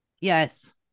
yes